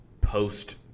post